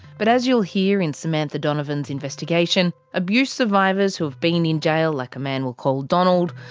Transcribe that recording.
but as you'll hear in samantha donovan's investigation, abuse survivors who have been in jail, like a man we'll call donald,